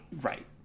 right